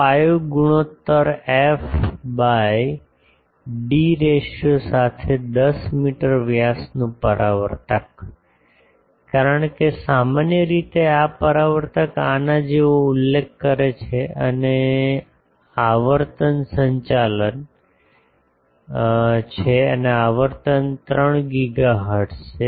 5 ગુણોત્તર F by D ratio સાથે 10 metre વ્યાસનું પરાવર્તક કારણ કે સામાન્ય રીતે આ પરાવર્તક આના જેવો ઉલ્લેખ કરે છે અને આવર્તન સંચાલન આવર્તન 3 ગીગાહર્ટ્ઝ છે